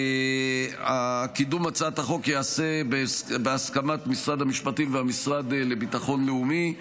קידום הצעת החוק ייעשה בהסכמת משרד המשפטים והמשרד לביטחון לאומי.